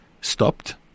stopped